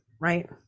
right